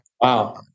Wow